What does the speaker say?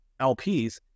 LPs